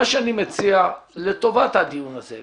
אני רוצה להציע לטובת הדיון הזה,